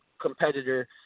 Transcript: competitor